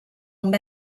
amb